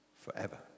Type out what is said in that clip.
forever